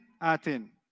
atin